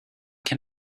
can